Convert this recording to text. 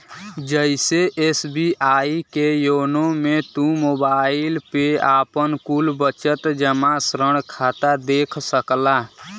जइसे एस.बी.आई के योनो मे तू मोबाईल पे आपन कुल बचत, जमा, ऋण खाता देख सकला